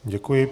Děkuji.